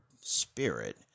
spirit